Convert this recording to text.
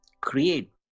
create